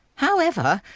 however,